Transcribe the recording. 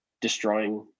destroying